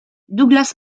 douglas